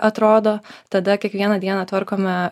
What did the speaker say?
atrodo tada kiekvieną dieną tvarkome